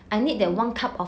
oo